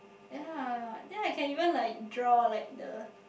ye then I can even like draw like the